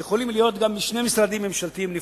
שיכולים להיות גם בשני משרדים ממשלתיים נפרדים,